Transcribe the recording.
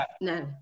no